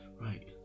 Right